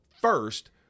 first